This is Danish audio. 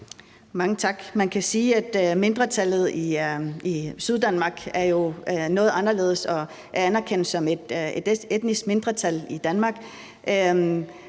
Mange tak. Man kan sige, at mindretallet i Syddanmark er noget anderledes og er anerkendt som et etnisk mindretal i Danmark.